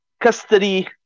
custody